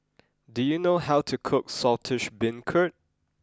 do you know how to cook Saltish Beancurd